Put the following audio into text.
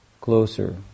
closer